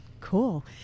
Cool